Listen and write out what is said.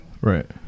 Right